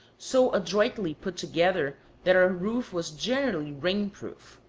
so adroitly put together that our roof was generally rain-proof.